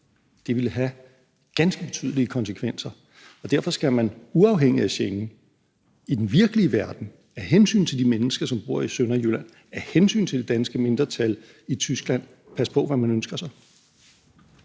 Det ville have ganske betydelige konsekvenser. Derfor skal man uafhængigt af Schengen i den virkelige verden af hensyn til de mennesker, som bor i Sønderjylland, af hensyn til det danske mindretal i Tyskland passe på, hvad man ønsker sig.